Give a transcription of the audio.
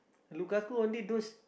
Lukaku only those